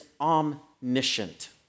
omniscient